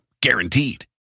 guaranteed